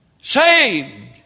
Saved